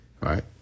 right